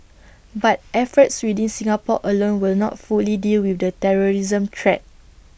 but efforts within Singapore alone will not fully deal with the terrorism threat